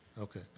Okay